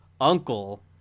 Uncle